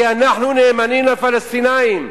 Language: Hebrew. כי אנחנו נאמנים לפלסטינים.